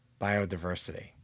biodiversity